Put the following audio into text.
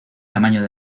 tamaño